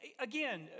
again